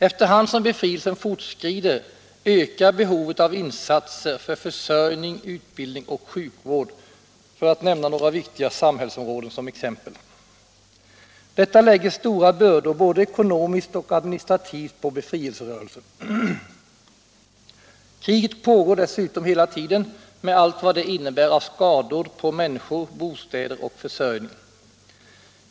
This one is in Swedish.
Efter hand som befrielsen fortskrider ökar behovet av insatser för försörjning, utbildning och sjukvård, för att nämna några viktiga samhällsområden som exempel. Detta lägger stora bördor både ekonomiskt och administrativt på befrielserörelsen. Kriget pågår dessutom hela tiden med allt vad det innebär av skador på människor, bostäder och försörjning.